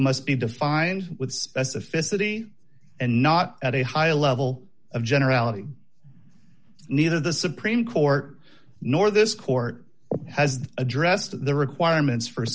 must be defined with specificity and not at a high level of generality neither the supreme court nor this court has addressed the requirements for